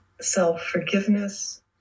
self-forgiveness